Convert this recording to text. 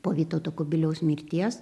po vytauto kubiliaus mirties